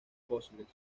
fósiles